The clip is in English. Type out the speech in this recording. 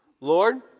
Lord